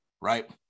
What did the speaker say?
right